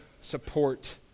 support